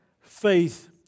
faith